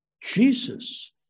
Jesus